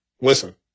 listen